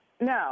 No